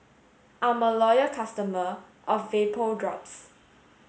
I'm a loyal customer of Vapodrops